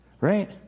right